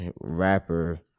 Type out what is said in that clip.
rapper